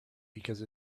because